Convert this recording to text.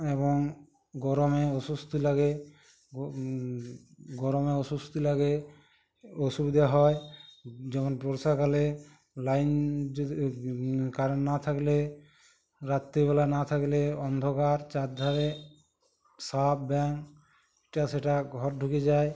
এবং গরমে অস্বস্তি লাগে ও গরমে অস্বস্তি লাগে অসুবিধে হয় যখন বর্ষাকালে লাইন যদি কারেন্ট না থাকলে রাত্রিবেলা না থাকলে অন্ধকার চারধারে সাপ ব্যাঙ এটা সেটা ঘর ঢুকে যায়